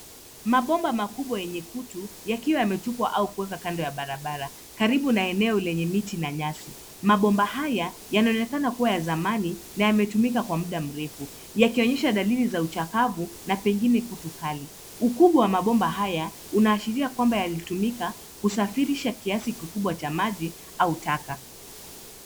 Mabomba makubwa yenye kutu yakiwa yametupwa au kuweka kando ya barabara karibu na eneo lenye miti na nyasi. Mabomba haya yanaonekana kuwa ya zamani na yametumika kwa muda mrefu yakionyesha dalili za uchakavu na pengine kutu kali. Ukubwa wa mabomba haya unaashiria kwamba yalitumika kusafirisha kiasi kikubwa cha maji au taka.